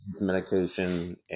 medication